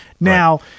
now